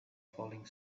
falling